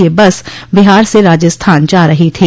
यह बस बिहार से राजस्थान जा रही थी